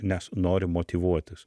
nes nori motyvuotis